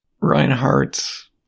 Reinhardt's